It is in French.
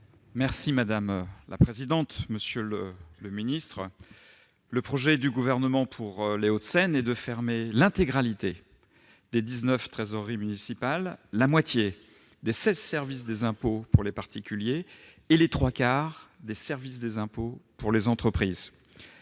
des comptes publics. Monsieur le secrétaire d'État, le projet du Gouvernement pour les Hauts-de-Seine est de fermer l'intégralité des 19 trésoreries municipales, la moitié des 16 services des impôts pour les particuliers et les trois quarts des services des impôts pour les entreprises.